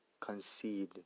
concede